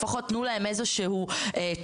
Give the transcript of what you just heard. לפחות תנו להם איזשהו תהליך,